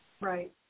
Right